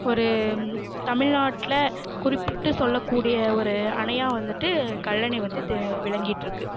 ஒரு தமிழ்நாட்டில் குறிப்பிட்டு சொல்ல கூடிய ஒரு அணையாக வந்துட்டு கல்லணை வந்து விளங்கிட்டு இருக்குது